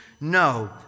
No